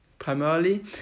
primarily